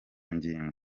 ngingo